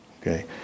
okay